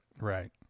Right